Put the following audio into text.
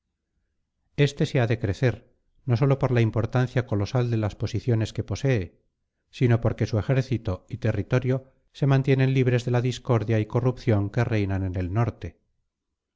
este se ha de crecer no sólo por la importancia colosal de las posiciones que posee sino porque su ejército y territorio se mantienen libres de la discordia y corrupción que reinan en el norte